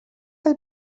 del